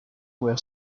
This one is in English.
where